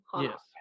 yes